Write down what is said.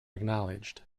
acknowledged